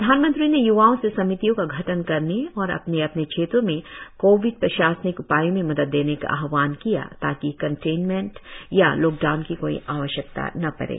प्रधानमंत्री ने य्वाओं से समितियों का गठन करने और अपने अपने क्षेत्रों में कोविड प्रशासनिक उपायों में मदद देने का आहवान किया ताकि कंटेनमेंट या लॉकडाउन की कोई आवश्यकता न पड़े